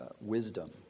wisdom